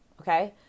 okay